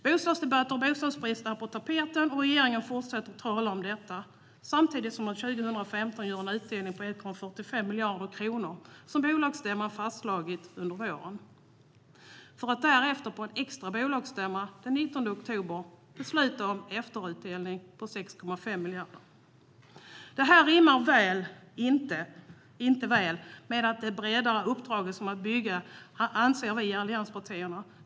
Bostadsdebatten och bostadsbristen är på tapeten, och regeringen fortsätter tala om detta samtidigt som man år 2015 gör en utdelning på 1,45 miljarder kronor, vilket bolagsstämman fastslagit under våren, för att därefter på en extra bolagsstämma den 19 oktober besluta om en efterutdelning på 6,5 miljarder. Detta rimmar inte väl med att man breddar uppdraget till att bygga. Det anser vi i allianspartierna.